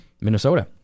Minnesota